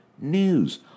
news